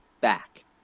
back